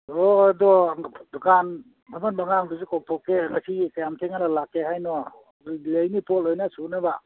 ꯑꯣ ꯑꯗꯣ ꯗꯨꯀꯥꯟ ꯐꯝꯍꯟꯕ ꯑꯉꯥꯡꯗꯨꯁꯨ ꯀꯧꯊꯣꯛꯀꯦ ꯉꯁꯤ ꯀꯌꯥꯝ ꯊꯦꯡꯅ ꯂꯥꯛꯀꯦ ꯍꯥꯏꯅꯣ ꯂꯩꯅꯤ ꯄꯣꯠ ꯂꯣꯏꯅ ꯁꯨꯅꯕ